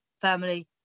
family